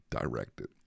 directed